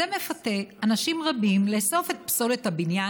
זה מפתה אנשים רבים לאסוף את פסולת הבניין